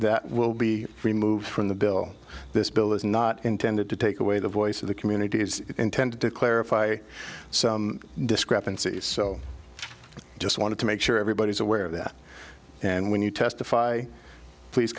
that will be removed from the bill this bill is not intended to take away the voice of the community is intended to clarify some discrepancies so i just wanted to make sure everybody's aware of that and when you testify please